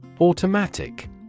Automatic